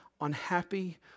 unhappy